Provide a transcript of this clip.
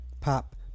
pop